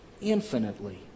infinitely